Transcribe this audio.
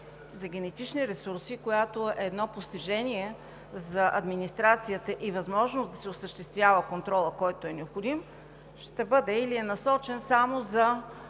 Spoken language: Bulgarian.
за генетични ресурси, която е едно постижение за администрацията и възможност да се осъществява контролът, който е необходим, ще бъде или е насочен само за